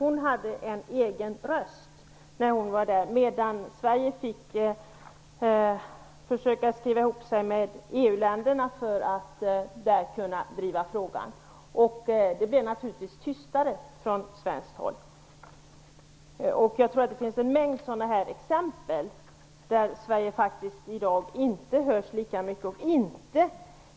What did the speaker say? Hon hade en egen röst medan Sverige fick försöka att skriva ihop sig med de andra EU-länderna för att kunna driva olika frågor. Det blev naturligtvis tystare från svenskt håll. Det finns en mängd exempel där Sverige i dag inte hörs lika mycket.